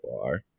far